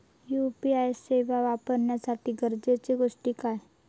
UPI सेवा वापराच्यासाठी गरजेचे गोष्टी काय?